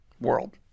World